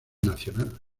nacional